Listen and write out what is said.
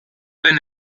wenn